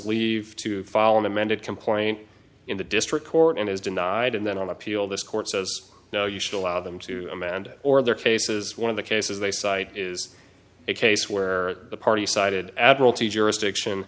leave to follow an amended complaint in the district court and is denied and then on appeal this court says no you should allow them to amanda or their faces one of the cases they cite is a case where the parties cited admiralty jurisdiction